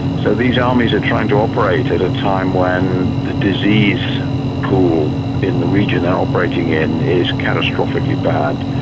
so these armies are trying to operate at a time when the disease pool in the region operating in, is catastrophically bad.